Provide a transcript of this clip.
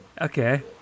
Okay